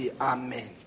Amen